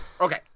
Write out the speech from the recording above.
Okay